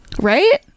Right